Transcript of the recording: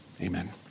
Amen